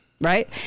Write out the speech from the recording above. right